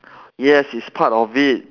yes it's part of it